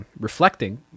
reflecting